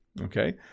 okay